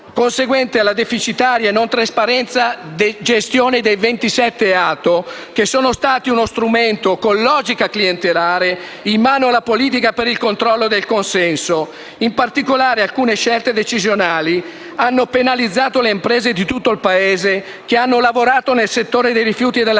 conseguente alla deficitaria e non trasparente gestione dei ventisette ATO, che sono stati uno strumento che rispondeva a una logica clientelare in mano alla politica per il controllo del consenso. In particolare, alcune scelte decisionali hanno penalizzato le imprese di tutto il Paese, che hanno lavorato nel settore dei rifiuti della